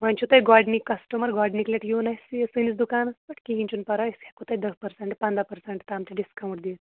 وۅنۍ چھُ تُہۍ گۄڈنِکی کسٹٕمَر گۄڈنِکہٕ لٹہِ یُن اَسہِ سٲنِس دُکانَس پٮ۪ٹھ کِہیٖنۍ چھُنہٕ پَرواَے أسۍ ہٮ۪کو تۅہہِ دَہ پٔرسنٹ پنٛداہ پٔرسنٹ تام تہِ ڈِسکاوُنٛٹ دِتھ